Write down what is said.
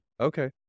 okay